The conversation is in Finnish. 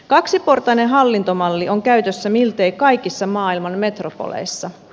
kaksiportainen hallintomalli on käytössä miltei kaikissa maailman metropoleissa